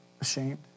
ashamed